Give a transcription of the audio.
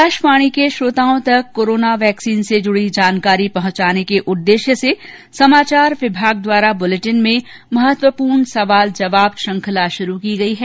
आकाशवाणी के श्रोताओं तक कोरोना वैक्सीन से जुड़ी जानकारी पहुंचाने के उद्देश्य से समाचार विभाग द्वारा बुलेटिन में महत्वपूर्ण सवाल जवाब श्रृंखला शुरू की गयी है